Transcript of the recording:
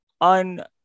On